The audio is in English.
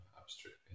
abstract